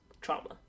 trauma